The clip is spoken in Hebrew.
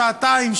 שעתיים,